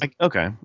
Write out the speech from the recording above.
Okay